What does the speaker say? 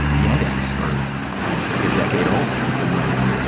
yandex for it's like a decade old in some ways,